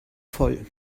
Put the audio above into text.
voll